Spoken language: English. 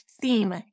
theme